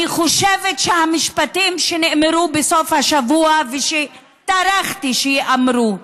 אני חושבת שהמשפטים שנאמרו בסוף השבוע ושטרחתי שייאמרו,